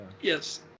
Yes